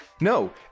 no